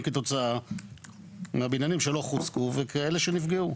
כתוצאה מהבניינים שלא חוזקו וכאלה שנפגעו.